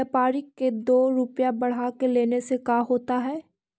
व्यापारिक के दो रूपया बढ़ा के लेने से का होता है?